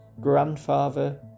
grandfather